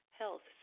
health